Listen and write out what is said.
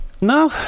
No